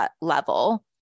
level